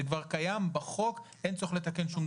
זה כבר קיים בחוק, אין צורך לתקן שום דבר.